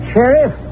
Sheriff